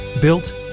built